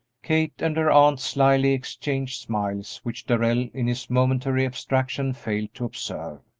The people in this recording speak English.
kate and her aunt slyly exchanged smiles, which darrell in his momentary abstraction failed to observe.